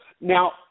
Now